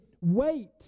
wait